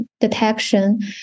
detection